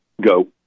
go